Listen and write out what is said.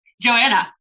Joanna